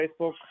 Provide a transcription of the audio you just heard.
Facebook